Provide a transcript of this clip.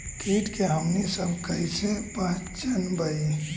किट के हमनी सब कईसे पहचनबई?